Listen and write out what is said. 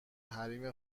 حریم